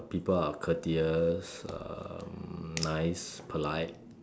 uh people are courteous um nice polite